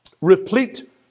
replete